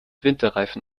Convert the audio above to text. winterreifen